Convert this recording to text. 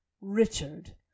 richard